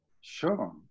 Sure